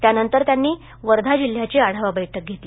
त्यानंतर त्यांनी वर्धा जिल्ह्याची आढावा बैठक घेतली